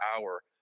hour